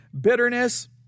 bitterness